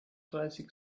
dreißig